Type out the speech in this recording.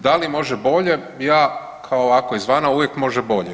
Da li može bolje, ja kao ovako izvana uvijek može bolje.